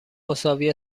مساوی